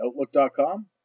outlook.com